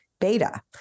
beta